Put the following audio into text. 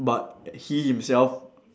but he himself